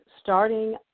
starting